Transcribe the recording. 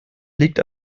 liegt